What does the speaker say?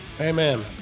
Amen